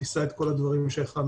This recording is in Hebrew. שתישא את כל הדברים שהכנו.